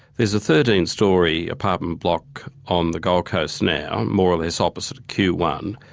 there's a thirteen storey apartment block on the gold coast now, more or less opposite q one,